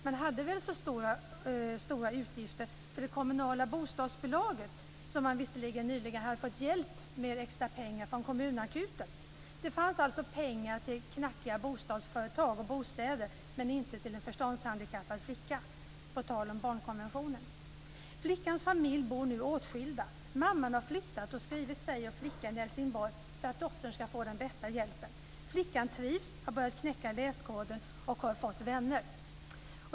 Man hade väl stora utgifter för det kommunala bostadsbolaget, som visserligen nyligen hade fått hjälp med extra pengar från kommunakuten. Det fanns alltså pengar till knackiga bostadsföretag och bostäder, men inte till en förståndshandikappad flicka, på tal om barnkonventionen. Medlemmarna i flickans familj bor nu åtskilda. Mamman har flyttat och skrivit sig och flickan i Helsingborg för att dottern ska få den bästa hjälpen. Flickan trivs, har börjat knäcka läskoden och har fått vänner.